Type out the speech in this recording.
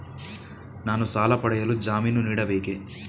ನಾನು ಸಾಲ ಪಡೆಯಲು ಜಾಮೀನು ನೀಡಬೇಕೇ?